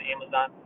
Amazon